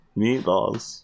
meatballs